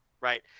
Right